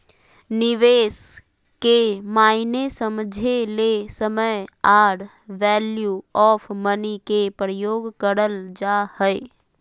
निवेश के मायने समझे ले समय आर वैल्यू ऑफ़ मनी के प्रयोग करल जा हय